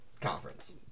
conference